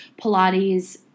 Pilates